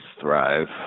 thrive